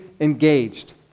engaged